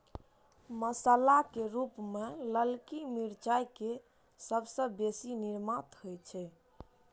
मसाला के रूप मे ललकी मिरचाइ के सबसं बेसी निर्यात होइ छै